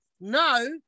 no